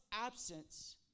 absence